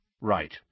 Right